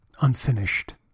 unfinished